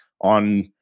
on